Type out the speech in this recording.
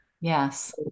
Yes